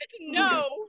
No